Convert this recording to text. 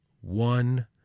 one